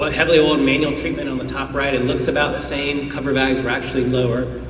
but heavily oiled manual treatment um and top right. it looks about the same, cover values are actually lower.